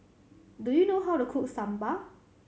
do you know how to cook Sambar